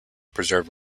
preserve